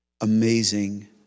amazing